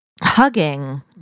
hugging